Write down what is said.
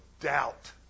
doubt